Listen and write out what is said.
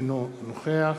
אינו נוכח